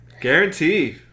Guarantee